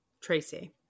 Tracy